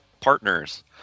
Partners